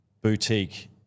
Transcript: boutique